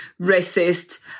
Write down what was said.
racist